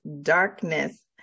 darkness